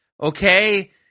Okay